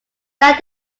that